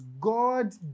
God